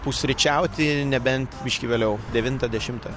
pusryčiauti nebent biškį vėliau devintą dešimtą